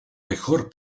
mejor